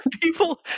people